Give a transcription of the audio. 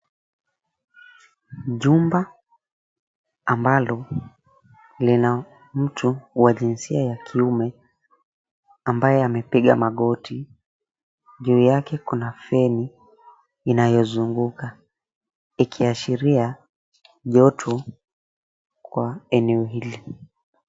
Jumba ambalo lina mtu wa jinsia ya kiume ambaye amepiga magoti juu yake kuna feni inayo zunguka ikiashiria joto kwa eneo hilo.